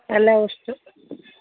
ಎಲ್ಲ ವಸ್ತು